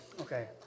Okay